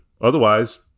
Otherwise